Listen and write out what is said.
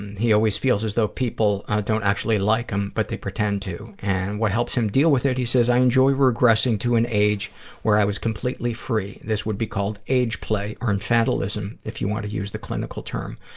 and he always feels as though people don't actually like him, but they pretend to. and what helps him deal with it, he says, i enjoy regressing to an age where i was completely free. this would be called age play or infantilism, if you want to use the clinical term.